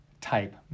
type